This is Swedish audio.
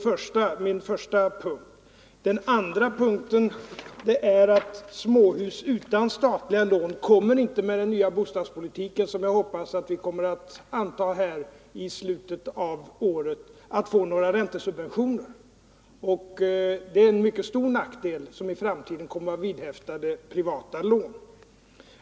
För det andra kommer småhus utan statliga lån inte, med den nya bostadspolitik som jag hoppas vi kommer att anta här i slutet av året, att få några räntesubventioner, och det är en mycket stor nackdel som i framtiden kommer att vara vidhäftad privata lån.